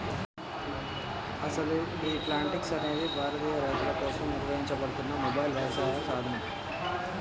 అసలు గీ ప్లాంటిక్స్ అనేది భారతీయ రైతుల కోసం నిర్వహించబడుతున్న మొబైల్ యవసాయ సాధనం